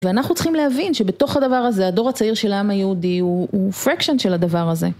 ואנחנו צריכים להבין שבתוך הדבר הזה הדור הצעיר של העם היהודי הוא פרקשן של הדבר הזה.